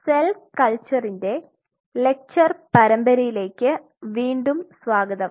cell കൽച്ചറിന്റെ lecture പരമ്പരയിലേക് വീണ്ടും സ്വാഗതം